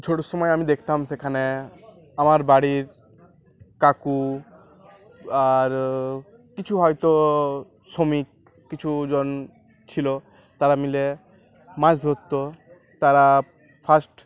ছোটো সময় আমি দেখতাম সেখানে আমার বাড়ির কাকু আর কিছু হয়তো শ্রমিক কিছুজন ছিলো তারা মিলে মাছ ধরত তারা ফার্স্ট